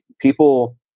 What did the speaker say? people